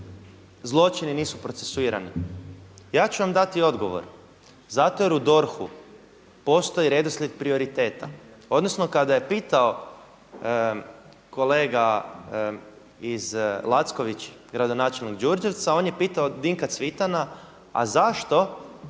zločini nisu procesuirani, ja ću vam dati odgovor. Zato jer u DORH-u postoji redoslijed prioriteta odnosno kada je pitao kolega Lacković, gradonačelnik Đurđevca, on je pitao Dinka Cvitana, a zašto